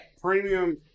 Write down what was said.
Premium